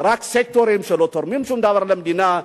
רק סקטורים שלא תורמים שום דבר למדינה,